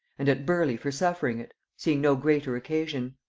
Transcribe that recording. and at burleigh for suffering it, seeing no greater occasion.